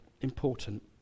important